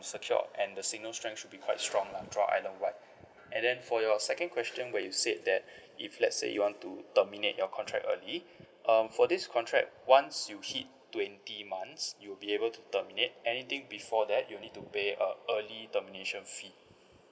secure and the signal strength should be quite strong lah throughout island wide and then for your second question where you said that if let's say you want to terminate your contract early um for this contract once you hit twenty months you'll be able to terminate anything before that you'll need to pay a early termination fee